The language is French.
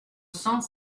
cent